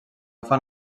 fan